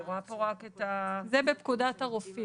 אני רואה פה רק -- זה בפקודת הרופאים.